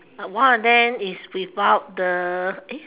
one of them is without the eh